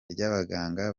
ry’abaganga